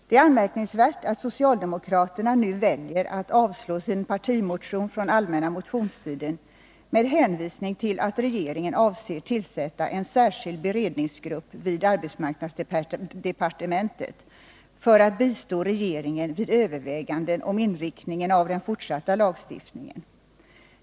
Det är anmärkningsvärt att socialdemokraterna nu väljer att avstyrka sin partimotion från allmänna motionstiden med hänvisning till att regeringen avser att tillsätta en särskild beredningsgrupp vid arbetsmarknadsdepartementet för att bistå regeringen vid överväganden om inriktningen av den fortsatta lagstiftningen.